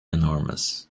enormous